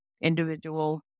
individual